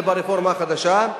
זה ברפורמה החדשה,